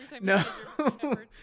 No